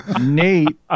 Nate